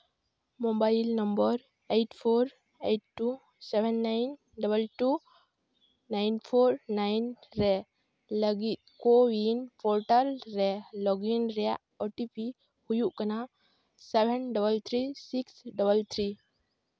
mobile number eight four eight two seven nine double two nine four nine ᱨᱮ ᱞᱟᱹᱜᱤᱫ CoWIN portal ᱨᱮ login ᱨᱮᱭᱟᱜ O T P ᱦᱩᱭᱩᱜ ᱠᱟᱱᱟ seven double three six double three